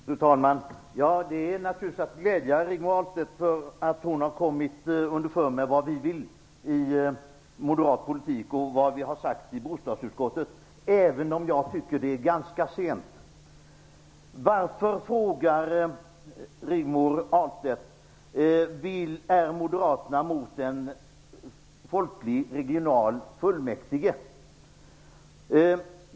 Fru talman! Det är naturligtvis glädjande att Rigmor Ahlstedt har kommit underfund med vad vi vill i moderat politik och vad vi har sagt i bostadsutskottet, även om jag tycker att det är ganska sent. Varför frågar Rigmor Ahlstedt om moderaterna är emot ett folkligt regionalt fullmäktige?